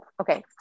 okay